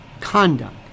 conduct